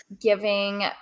giving